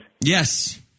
Yes